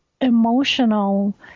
emotional